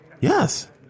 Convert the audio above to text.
Yes